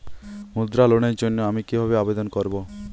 মুদ্রা লোনের জন্য আমি কিভাবে আবেদন করবো?